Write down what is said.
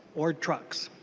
were trucks.